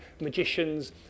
magicians